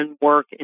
work